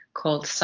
called